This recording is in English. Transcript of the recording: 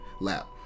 lap